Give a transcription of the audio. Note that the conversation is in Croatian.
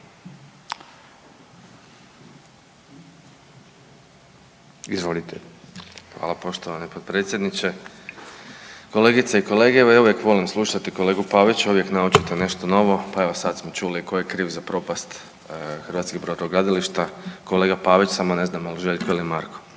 (Nezavisni)** Hvala poštovani potpredsjedniče. Kolegice i kolege, evo ja uvijek volim slušati kolegu Pavića, uvijek naučite nešto novo, pa evo sad smo čuli tko je kriv za propast hrvatskih brodogradilišta, kolega Pavić samo ne znam je li Željko ili Marko.